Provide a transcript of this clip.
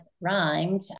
rhymed